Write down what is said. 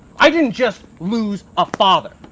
i didn't just lose a father,